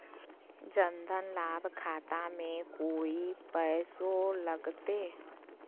जन धन लाभ खाता में कोइ पैसों लगते?